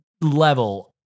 level